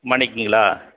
மணிக்குங்களா